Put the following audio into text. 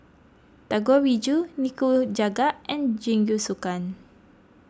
Dangoriju Nikujaga and Jingisukan